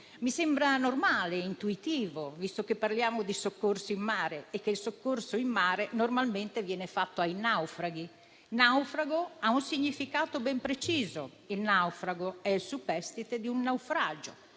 Mi sembra normale e intuitivo, visto che parliamo di soccorso in mare, che normalmente viene offerto ai naufraghi. Naufrago ha un significato ben preciso: è il superstite di un naufragio,